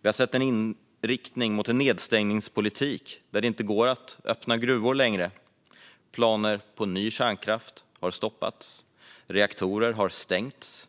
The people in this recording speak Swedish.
Vi har sett en inriktning mot en nedstängningspolitik som gör att det inte går att öppna gruvor längre. Planer på ny kärnkraft har stoppats, och reaktorer har stängts.